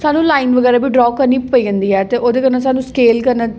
साह्नूं लाइन बगैरा बी ड्रा करनी पेई जंदी ऐ ते ओह्दे कन्नै साह्नूं स्केल करना